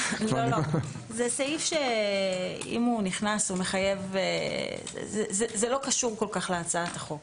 לא, זה סעיף שלא קשור כל כך להצעת החוק.